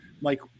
Mike